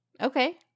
Okay